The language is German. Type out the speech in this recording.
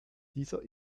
dieser